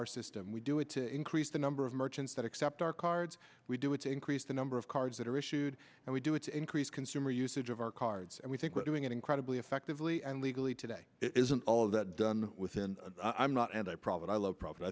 our system we do it to increase the number of merchants that accept our cards we do it to increase the number of cards that are issued and we do it to increase consumer usage of our cards and we think we're doing it incredibly effectively and legally today isn't all that done within i'm not and i pro